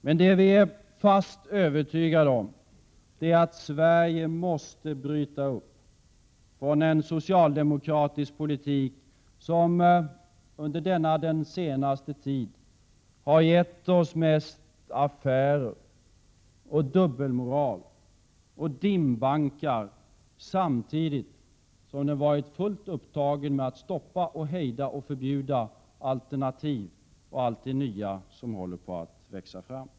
Vi är dock fast övertygade om att Sverige måste bryta upp från en socialdemokratisk politik, som under den senaste tiden mest har gett oss affärer, dubbelmoral och dimbankar: Samtidigt har den varit fullt upptagen med att stoppa, hejda och förbjuda alternativ och allt det nya som håller på att växa fram.